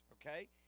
okay